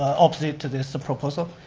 opposite to this proposal.